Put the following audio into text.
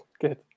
Good